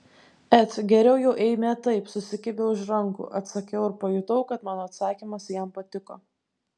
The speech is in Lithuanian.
et geriau jau eime taip susikibę už rankų atsakiau ir pajutau kad mano atsakymas jam patiko